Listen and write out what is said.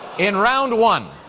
in round one,